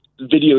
video